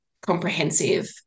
comprehensive